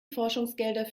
forschungsgelder